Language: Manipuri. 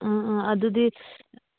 ꯑꯗꯨꯗꯤ